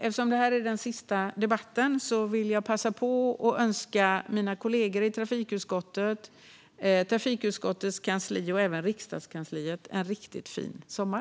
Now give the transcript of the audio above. Eftersom detta är vår sista debatt före sommaren vill jag passa på att önska mina kollegor i trafikutskottet, trafikutskottets kansli och övrig riksdagspersonal en riktigt fin sommar.